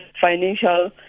financial